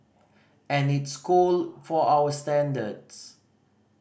and it's cold for our standards